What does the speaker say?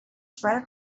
spread